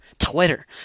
Twitter